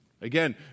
Again